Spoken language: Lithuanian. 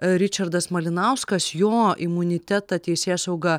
ričardas malinauskas jo imunitetą teisėsauga